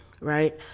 right